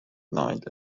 night